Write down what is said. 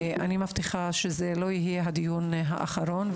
אני מבטיחה שזה לא יהיה הדיון האחרון.